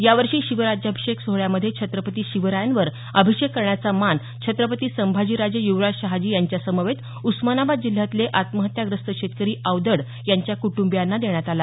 यावर्षी शिवराज्याभिषेक सोहळ्यामध्ये छत्रपती शिवरायांवर अभिषेक करण्याचा मान छत्रपती संभाजीराजे युवराज शहाजी यांचे समवेत उस्मानाबाद जिल्ह्यातले आत्महत्याग्रस्त शेतकरी आवदड यांच्या कुटंबियांना देण्यात आला